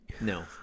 No